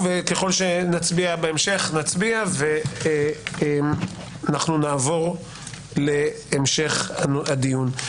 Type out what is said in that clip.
וככל שנצביע בהמשך נצביע ואנחנו נעבור להמשך הדיון.